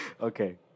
Okay